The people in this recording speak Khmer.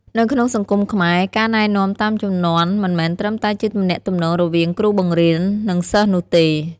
នៅក្នុងសង្គមខ្មែរ ការណែនាំតាមជំនាន់មិនមែនត្រឹមតែជាទំនាក់ទំនងរវាងគ្រូបង្រៀន និងសិស្សនោះទេ។